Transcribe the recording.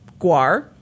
Guar